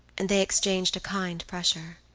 and they exchanged a kind pressure.